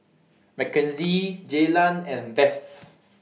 Mackenzie Jaylan and Beth